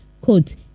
quote